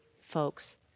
folks